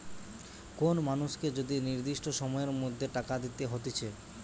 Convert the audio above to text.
কোন মানুষকে যদি নির্দিষ্ট সময়ের মধ্যে টাকা দিতে হতিছে